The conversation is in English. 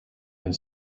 and